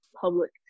public